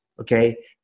Okay